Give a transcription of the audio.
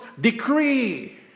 decree